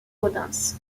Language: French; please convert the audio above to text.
gaudens